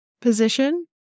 position